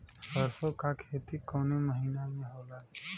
सरसों का खेती कवने महीना में होला?